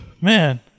Man